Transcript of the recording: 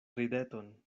rideton